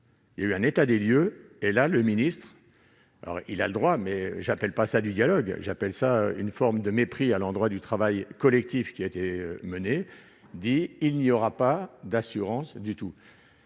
Il y a eu un état des lieux et là le ministre, alors il a le droit, mais j'appelle pas ça du dialogue, j'appelle ça une forme de mépris à l'endroit du travail collectif qui a été menée, dit il n'y aura pas d'assurance du tout,